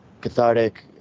cathartic